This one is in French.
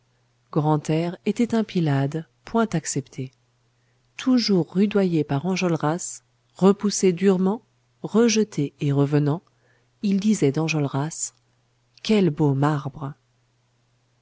grantaire était un pylade point accepté toujours rudoyé par enjolras repoussé durement rejeté et revenant il disait d'enjolras quel beau marbre